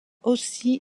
aussi